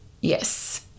yes